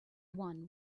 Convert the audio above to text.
one